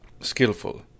skillful